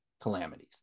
calamities